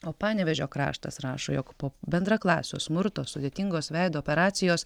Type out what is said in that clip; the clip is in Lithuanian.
o panevėžio kraštas rašo jog po bendraklasio smurto sudėtingos veido operacijos